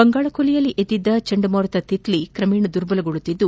ಬಂಗಾಳಕೊಲ್ಲಿಯಲ್ಲಿ ಎದ್ದಿದ್ದ ಚಂಡಮಾರುತ ತಿಕ್ಲಿ ಕ್ರಮೇಣ ದುರ್ಬಲಗೊಳ್ಳುತ್ತಿದ್ದು